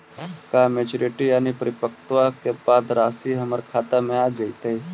का मैच्यूरिटी यानी परिपक्वता के बाद रासि हमर खाता में आ जइतई?